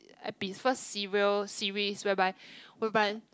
epi~ first serial series whereby whereby